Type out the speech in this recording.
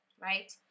Right